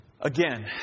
again